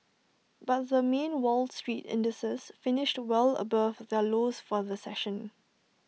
but the main wall street indices finished well above their lows for the session